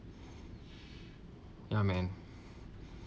ya man